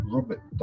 Robert